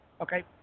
Okay